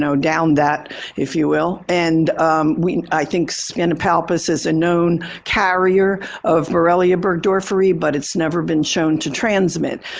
so down that if you will and we i think spinapalpus is a known carrier of borrelia burgdorferi but it's never been shown to transmit.